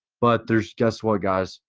but there's, guess what guys,